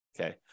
Okay